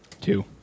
Two